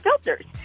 filters